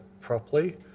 properly